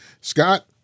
Scott